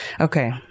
Okay